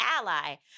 ally